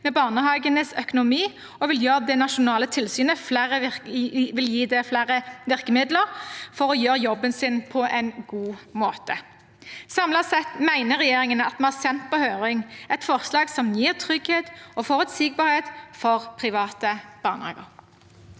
med barnehagenes økonomi, og vi vil gi det nasjonale tilsynet flere virkemidler for å gjøre jobben sin på en god måte. Samlet sett mener regjeringen at vi har sendt på høring et forslag som gir trygghet og forutsigbarhet for private barnehager.